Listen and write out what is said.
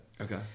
Okay